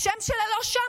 השם שלה לא שם.